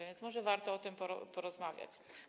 A więc może warto o tym porozmawiać.